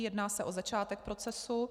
Jedná se o začátek procesu.